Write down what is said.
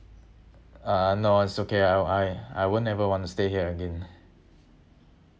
uh no it's okay I I I won't ever want to stay here again